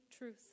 truth